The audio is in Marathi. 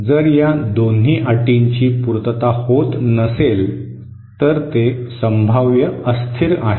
जर या दोन्ही अटींची पूर्तता होत नसेल तर ते संभाव्य अस्थिर आहे